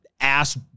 ass